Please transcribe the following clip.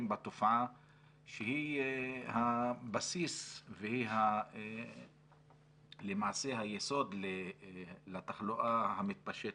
בתופעה שהיא הבסיס והיא למעשה היסוד לתחלואה המתפשטת,